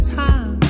time